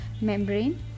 membrane